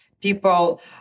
people